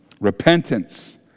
repentance